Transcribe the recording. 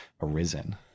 arisen